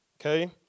okay